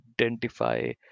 identify